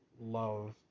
love